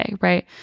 right